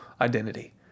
identity